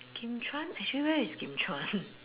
Kim-Chuan actually where is Kim-Chuan